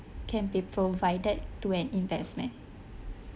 can be provided to an investment